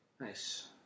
Nice